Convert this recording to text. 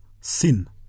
sin